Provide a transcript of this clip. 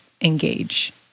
engage